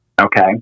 Okay